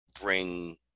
bring